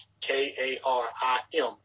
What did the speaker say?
K-A-R-I-M